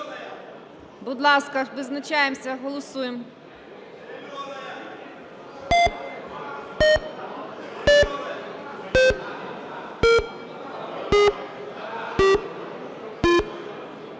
Будь ласка, визначаємося, голосуємо.